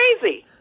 crazy